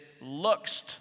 looks